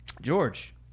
George